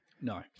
No